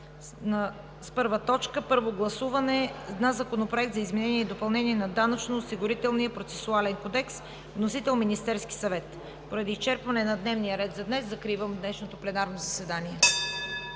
Първа точка – Първо гласуване на Законопроекта за изменение и допълнение на Данъчно-осигурителния процесуален кодекс. Вносител е Министерският съвет. Поради изчерпване на дневния ред за днес закривам днешното пленарно заседание.